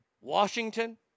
washington